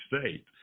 State